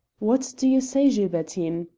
what do you say, gilbertine?